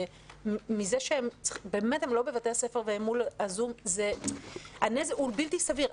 מזה שהם לא בבתי הספר והם מול הזום הוא בלתי סביר.